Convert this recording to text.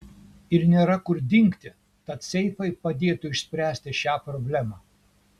ir nėra kur dingti tad seifai padėtų išspręsti šią problemą